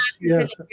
yes